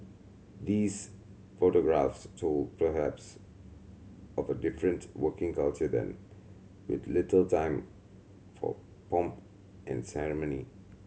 these photographs told perhaps of a different working culture then with little time for pomp and ceremony